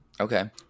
Okay